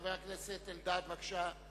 חבר הכנסת אלדד, בבקשה.